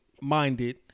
Minded